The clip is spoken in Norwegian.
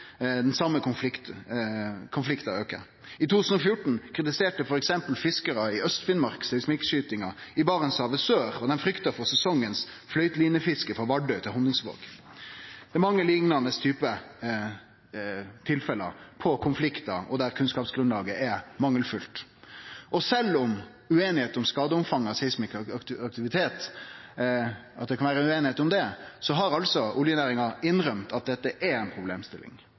den same konflikten auke. I 2014 kritiserte f.eks. fiskarar i Aust-Finnmark seismikkskytinga i Barentshavet sør, og dei frykta for sesongens fløytlinefiske frå Vardø til Honningsvåg. Det er mange liknande typar tilfelle av konfliktar – og der kunnskapsgrunnlaget er mangelfullt. Og sjølv om det kan vere ueinigheit om skadeomfanget av seismisk aktivitet, har altså oljenæringa innrømt at dette er ei problemstilling. Dersom det er nokre representantar i denne salen som føler at kunnskapsgrunnlaget er